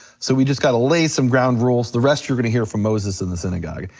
so we just gotta lay some ground rules, the rest you're gonna hear from moses in the synagogue.